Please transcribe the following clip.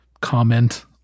comment